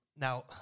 Now